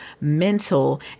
mental